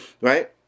Right